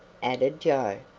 added joe.